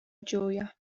gioia